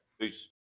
Peace